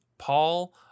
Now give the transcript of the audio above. Paul